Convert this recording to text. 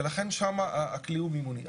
ולכן שם הכלי הוא מימוני.